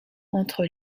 entre